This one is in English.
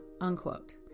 unquote